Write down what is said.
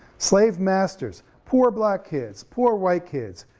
slave masters, poor black kids, poor white kids,